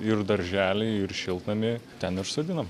ir darželį ir šiltnamį ten ir sodinam